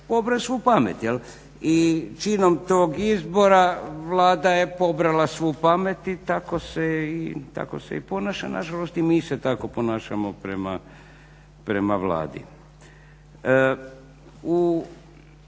pobrao svu pamet. I činom tog izbora Vlada je pobrala svu pamet i tako se ponaša. Nažalost, i mi se tako ponašamo prema Vladi. U